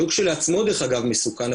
שהוא כשלעצמו דרך אגב מסוכן,